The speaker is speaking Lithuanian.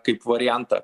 kaip variantą